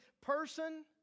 person